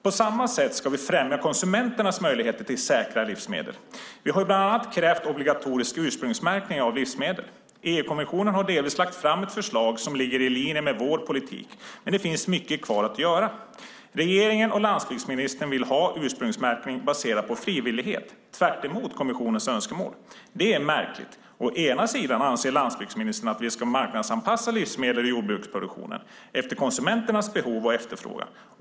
På samma sätt ska vi främja konsumenternas möjligheter till säkra livsmedel. Vi har bland annat krävt obligatorisk ursprungsmärkning av livsmedel. EU-kommissionen har delvis lagt fram ett förslag som ligger i linje med vår politik, men det finns mycket kvar att göra. Regeringen och landsbygdsministern vill ha ursprungsmärkning baserad på frivillighet, tvärtemot kommissionens önskemål. Det är märkligt. Å ena sidan anser landsbygdsministern att vi ska marknadsanpassa livsmedels och jordbruksproduktionen efter konsumenternas behov och efterfrågan.